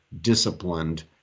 disciplined